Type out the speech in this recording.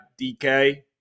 DK